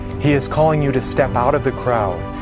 he is calling you to step out of the crowd.